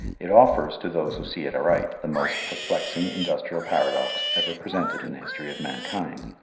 it offers, to those who see it aright, the most perplexing industrial paradox ever presented in the history of mankind.